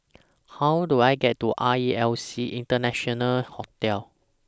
How Do I get to R E L C International Hotel